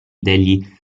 degli